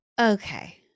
Okay